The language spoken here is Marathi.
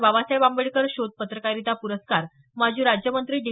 बाबासाहेब आंबेडकर शोध पत्रकारिता प्रस्कार माजी राज्यमंत्री डी